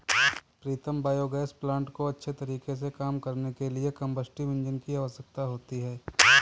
प्रीतम biogas plant को अच्छे तरीके से काम करने के लिए कंबस्टिव इंजन की आवश्यकता होती है